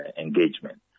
engagement